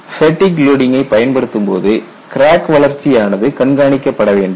fatigue லோடிங்கை பயன்படுத்தும்போது crack வளர்ச்சியானது கண்காணிக்கப்பட வேண்டும்